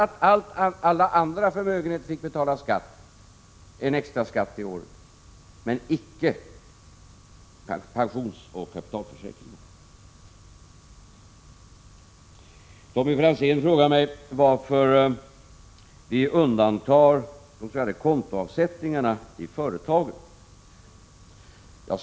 För alla andra förmögenheter fick man betala extra skatt, men icke för pensionsförsäkringar och kapitalförsäkringar. Tommy Franzén frågade mig varför vi undantar kontoavsättningarna i företagen från engångsskatten.